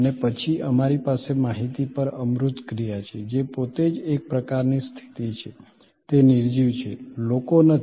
અને પછી અમારી પાસે માહિતી પર અમૂર્ત ક્રિયા છે જે પોતે જ એક પ્રકારની સ્થિતિ છે તે નિર્જીવ છે લોકો નથી